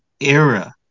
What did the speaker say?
era